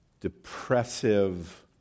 depressive